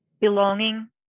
belonging